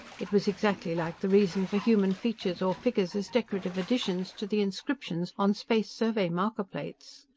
it was exactly like the reason for human features or figures as decorative additions to the inscriptions on space survey marker plates.